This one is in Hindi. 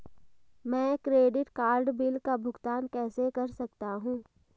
मैं क्रेडिट कार्ड बिल का भुगतान कैसे कर सकता हूं?